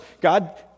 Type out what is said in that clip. God